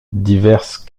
diverses